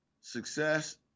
Success